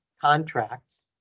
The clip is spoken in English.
contracts